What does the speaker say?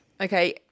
Okay